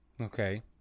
Okay